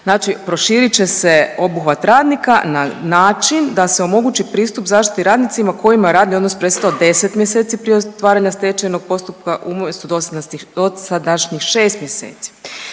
znači proširit će se obuhvat radnika na način da se omogući pristup zaštiti radnicima kojima je radni odnos prestao 10 mjeseci prije otvaranja stečajnog postupka umjesto dosadašnjih 6 mjeseci.